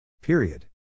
Period